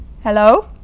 hello